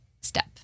step